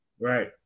right